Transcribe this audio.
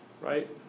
Right